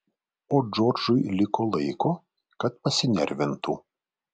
o džordžui liko laiko kad pasinervintų